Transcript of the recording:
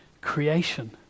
creation